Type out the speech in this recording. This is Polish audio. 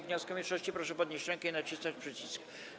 wniosku mniejszości, proszę podnieść rękę i nacisnąć przycisk.